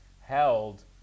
held